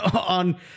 on